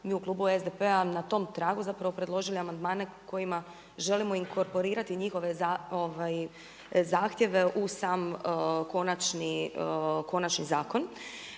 mi u klubu SDP-a na tom tragu predložili amandmane kojima želimo inkorporirati njihove zahtjeva u sam konačni zakon